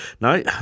No